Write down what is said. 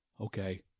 Okay